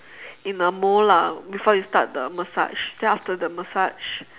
in a mold lah before you start the massage then after the massage